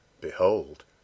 Behold